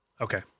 Okay